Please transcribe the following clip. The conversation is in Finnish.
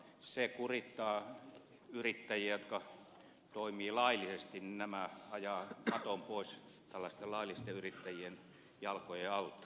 se kurittaa yrittäjiä jotka toimivat laillisesti ajaa maton pois tällaisten laillisten yrittäjien jalkojen alta